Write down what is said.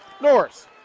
Norris